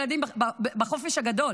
ילדים בחופש הגדול,